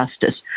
justice